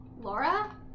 Laura